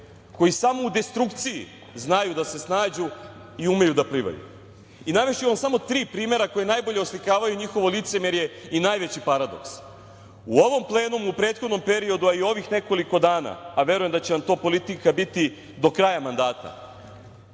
koji samo u destrukciji znaju da se snađu i umeju da plivaju. Navešću vam samo tri primera koji najbolje oslikavaju njihovo licemerje i najveći paradoks. U ovom plenumu u prethodnom periodu, ali i ovih nekoliko dana, a verujem da će im to politika biti do kraja mandata,